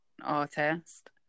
artist